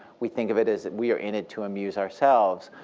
we think of it as we are in it to amuse ourselves,